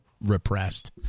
repressed